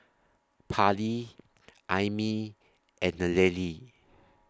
Parley Aimee and Nallely